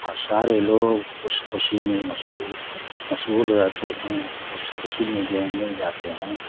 اور سارے لوگ اس خوشی میں مسول مشغول رہتے ہیں اس خوشی میں جو ہے مل جاتے ہیں